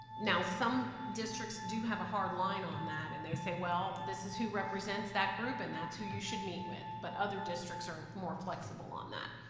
now, some districts do have a hard line on that, and they say, well, this is who represents that group, and that's who you should meet with, but other districts are more flexible on that.